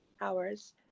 hours